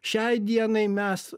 šiai dienai mes